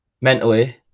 mentally